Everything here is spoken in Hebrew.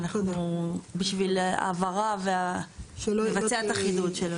ואנחנו בשביל הבהרה ולבצע את החידוד.